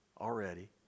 already